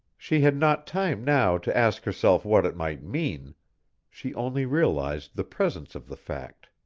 she had not time now to ask herself what it might mean she only realized the presence of the fact.